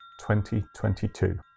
2022